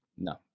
No